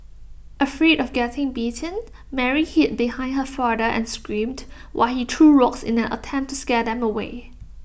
afraid of getting bitten Mary hid behind her father and screamed while he threw rocks in an attempt to scare them away